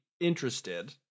interested